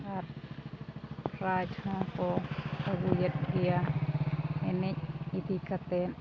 ᱟᱨ prize ᱦᱚᱸᱠᱚ ᱟᱹᱜᱩᱭᱮᱫ ᱜᱮᱭᱟ ᱮᱱᱮᱡ ᱤᱫᱤ ᱠᱟᱛᱮᱫ